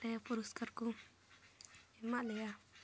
ᱯᱩᱨᱚᱥᱠᱟᱨ ᱠᱚ ᱮᱢᱟᱜ ᱞᱮᱭᱟ